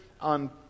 on